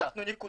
תוציאו את כולם.